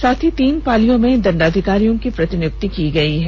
साथ ही तीन पालियों में दंडाधिकारियों की प्रतिनियुक्ति की गई है